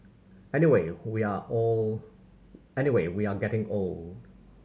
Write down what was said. anyway we are old anyway we are getting old